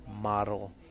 model